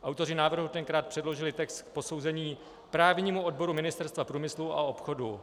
Autoři návrhu tenkrát předložili text k posouzení právnímu odboru Ministerstva průmyslu a obchodu.